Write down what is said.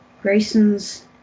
Grayson's